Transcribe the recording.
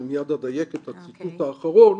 אני מיד אדייק את הציטוט האחרון,